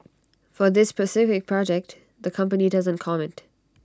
for this specific project the company doesn't comment